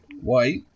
White